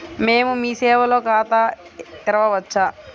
మేము మీ సేవలో ఖాతా తెరవవచ్చా?